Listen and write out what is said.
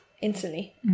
instantly